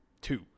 Two